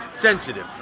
sensitive